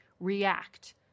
react